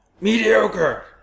Mediocre